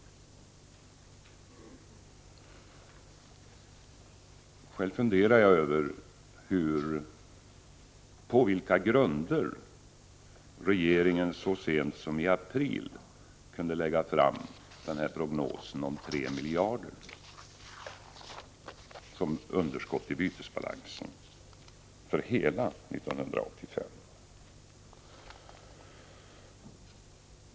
Själv funderar jag över på vilka grunder regeringen så sent som i april kunde lägga fram prognosen om 3 miljarder som underskott i bytesbalansen för hela 1985.